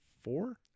four